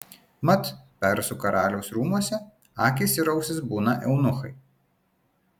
mat persų karaliaus rūmuose akys ir ausys būna eunuchai